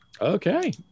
Okay